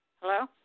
Hello